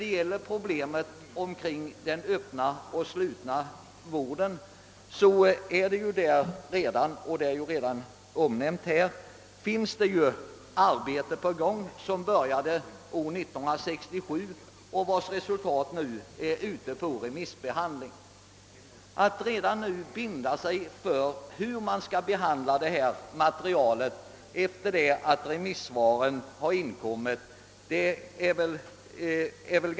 Beträffande problemen omkring den öppna och den slutna vården så är ju — som redan har omnämnts här — ett arbete igångsatt redan 1967. Resultatet därav är nu föremål för remissbehandling. Med hänsyn härtill är det väl ganska svårt att redan nu binda sig för hur man skall behandla detta material sedan remissvaren inkommit.